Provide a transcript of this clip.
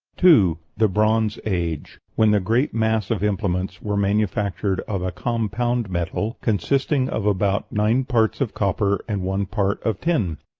two. the bronze age, when the great mass of implements were manufactured of a compound metal, consisting of about nine parts of copper and one part of tin.